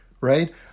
right